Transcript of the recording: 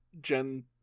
Gen